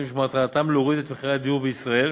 שמטרתם להוריד את מחירי הדיור בישראל.